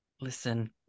Listen